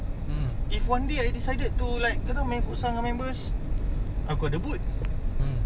but go on a weekday we can only go on a weekday on eh ah maksud aku weekend